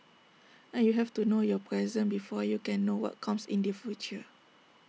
and you have to know your present before you can know what comes in the future